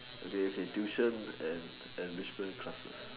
okay okay tuition and enrichment classes